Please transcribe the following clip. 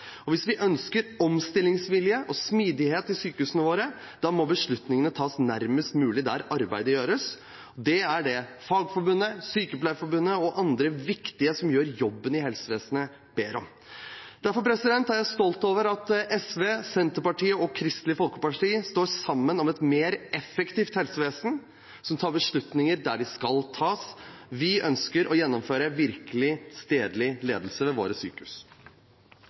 Hvis vi ønsker omstillingsvilje og smidighet i sykehusene våre, må beslutningene tas nærmest mulig der arbeidet gjøres. Det er det Fagforbundet, Sykepleierforbundet og andre viktige som gjør jobben i helsevesenet, ber om. Derfor er jeg stolt over at SV, Senterpartiet og Kristelig Folkeparti står sammen om et mer effektivt helsevesen som tar beslutninger der de skal tas. Vi ønsker å gjennomføre virkelig stedlig ledelse ved våre sykehus.